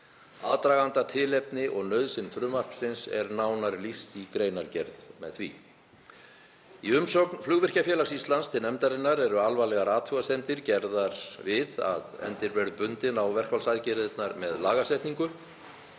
Aðdraganda, tilefni og nauðsyn frumvarpsins er nánar lýst í greinargerð með því. Í umsögn Flugvirkjafélags Íslands til nefndarinnar eru alvarlegar athugasemdir gerðar við að endi verði bundinn á verkfallsaðgerðirnar með lagasetningu.